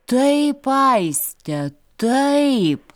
taip aiste taip